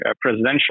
presidential